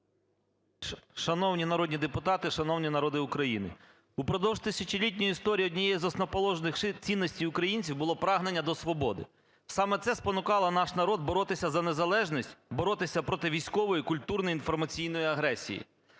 Шановні народні депутати! Шановний народе України! Упродовж тисячолітньої історії однією з основоположних цінностей українців було прагнення до свободи. Саме це спонукало наш народ боротися за незалежність, боротися проти військової, культурної, інформаційної агресії.